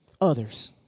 others